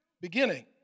beginning